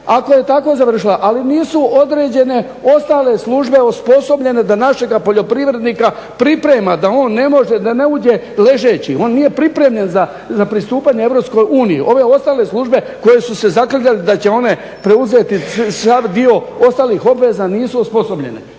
ako je tako završila, ali nisu određene ostale službe osposobljene da našega poljoprivrednika priprema da on ne može da ne uđe ležeći. On nije pripremljen za pristupanje EU, ove ostale službe koje su se zaklinjale da će one preuzeti sav dio ostalih obveza nisu osposobljene.